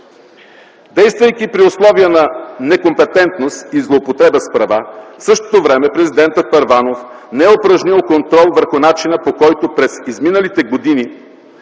Действайки при условия на некомпетентност и злоупотреба с права, в същото време президентът Първанов не е упражнил контрол върху начина, по който през изминалите години